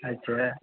अच्छा